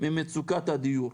ממצוקת הדיור.